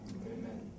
Amen